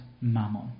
Mammon